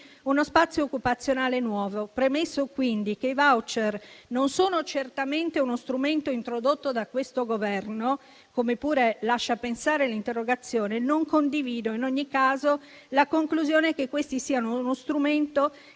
uno spazio occupazionale nuovo. Premesso, quindi, che i *voucher* non sono certamente uno strumento introdotto da questo Governo, come pure lascia pensare l'interrogazione, non condivido in ogni caso la conclusione che questi siano uno strumento